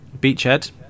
Beachhead